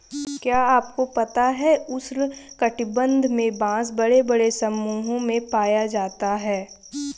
क्या आपको पता है उष्ण कटिबंध में बाँस बड़े बड़े समूहों में पाया जाता है?